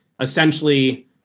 essentially